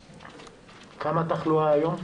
כמה התחלואה היום?